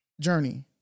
journey